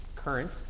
Current